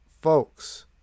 Folks